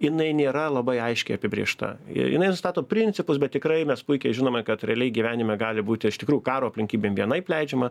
jinai nėra labai aiškiai apibrėžta i jinai nustato principus bet tikrai mes puikiai žinome kad realiai gyvenime gali būti iš tikrųjų karo aplinkybėm vienaip leidžiama